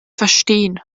verstehen